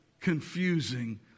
confusing